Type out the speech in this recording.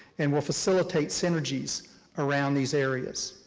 and will facilitate synergies around these areas.